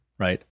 right